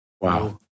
Wow